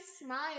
smile